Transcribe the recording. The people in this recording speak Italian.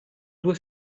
due